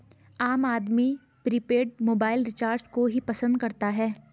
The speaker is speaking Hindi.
आम आदमी प्रीपेड मोबाइल रिचार्ज को ही पसंद करता है